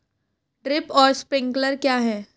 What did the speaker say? Drip और sprinkler क्या हैं?